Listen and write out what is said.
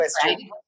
question